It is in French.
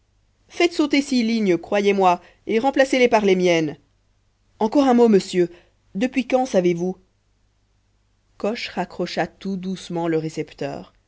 faites sauter six lignes croyez-moi et remplacez les par les miennes encore un mot monsieur depuis quand savez-vous coche raccrocha tout doucement le récepteur